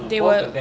they will